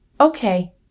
Okay